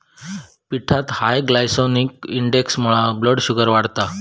पिठात high glycaemic इंडेक्समुळा blood sugar वाढता